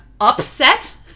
upset